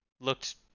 looked